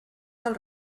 del